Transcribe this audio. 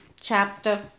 chapter